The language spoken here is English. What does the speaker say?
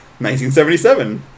1977